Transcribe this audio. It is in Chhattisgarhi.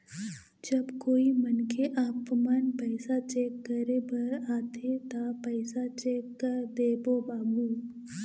जब कोई मनखे आपमन पैसा चेक करे बर आथे ता पैसा चेक कर देबो बाबू?